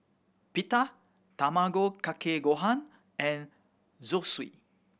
Pita Tamago Kake Gohan and Zosui